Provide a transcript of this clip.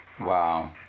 Wow